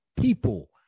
people